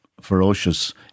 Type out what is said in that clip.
ferocious